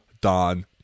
Don